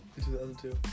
2002